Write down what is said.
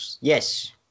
yes